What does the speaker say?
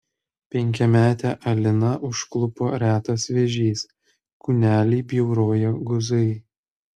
penkiametę aliną užklupo retas vėžys kūnelį bjauroja guzai